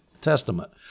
Testament